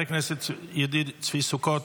חבר הכנסת ידידיה צבי סוכות,